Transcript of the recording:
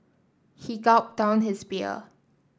he gulped down his beer